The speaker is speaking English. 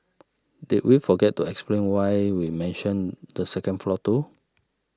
did we forget to explain why we mentioned the second floor too